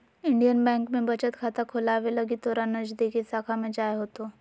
Indian bank में बचत खाता खोलावे लगी तोरा नजदीकी शाखा में जाय होतो